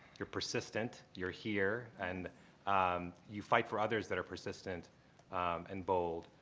you're persistent. you're here. and you fight for others that are persistent and bold.